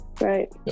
Right